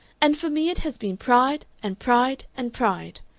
and for me it has been pride and pride and pride!